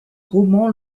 roman